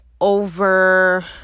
over